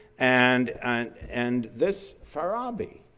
and and and this farabi,